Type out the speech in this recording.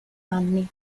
anni